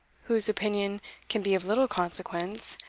whose opinion can be of little consequence,